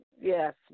Yes